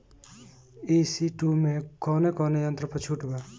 ई.सी टू मै कौने कौने यंत्र पर छुट बा?